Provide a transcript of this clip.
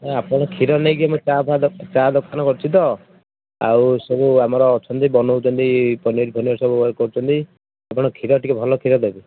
ଆପଣ କ୍ଷୀର ନେଇକି ଆମେ ଚାହା ଫାହା ଚାହା ଦୋକାନ କରୁଛୁ ତ ଆଉ ସବୁ ଆମର ଅଛନ୍ତି ବନଉଛନ୍ତି ପନିର ଫନିର ସବୁ କରୁଛନ୍ତି ଆପଣ କ୍ଷୀର ଟିକେ ଭଲ କ୍ଷୀର ଦେବେ